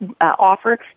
offer